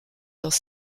dans